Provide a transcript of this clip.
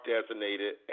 designated